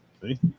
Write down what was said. see